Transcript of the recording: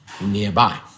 nearby